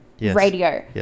radio